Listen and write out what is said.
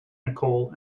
nicole